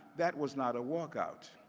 that was not a walkout.